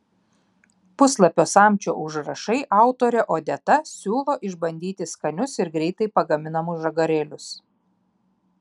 puslapio samčio užrašai autorė odeta siūlo išbandyti skanius ir greitai pagaminamus žagarėlius